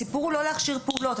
הסיפור הוא להכשיר פעולות,